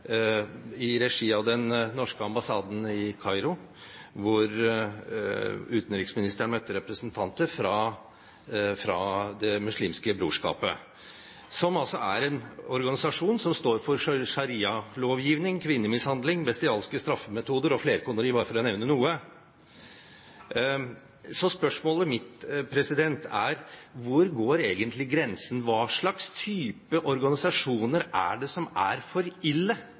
i regi av den norske ambassaden i Kairo, hvor utenriksministeren møtte representanter fra Det muslimske brorskap, som altså er en organisasjon som står for sharialovgivning, kvinnemishandling, bestialske straffemetoder og flerkoneri – bare for å nevne noe. Spørsmålet mitt er: Hvor går egentlig grensen? Hva slags type organisasjoner er det som er for ille